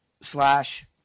slash